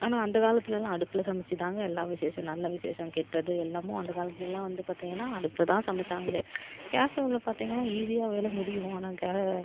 ஆனால் அந்த காலத்துலலாம் அடுப்பில் சமைச்சிதாங்க எல்லா விசேஷம் நல்ல விசேஷம் கெட்டது எல்லாமும் அந்த காலத்துலலாம் வந்து பார்த்திங்கனா அடுப்புல தான் சமைச்சாங்களே கேஸ் ஸ்டவ்வில் பார்த்திங்கனா ஈஸியாக வேலை முடியும் ஆனால் கே